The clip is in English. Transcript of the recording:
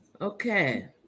Okay